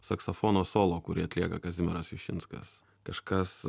saksofono solo kurį atlieka kazimieras jušinskas kažkas